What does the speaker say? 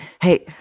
Hey